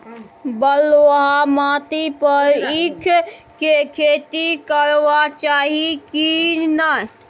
बलुआ माटी पर ईख के खेती करबा चाही की नय?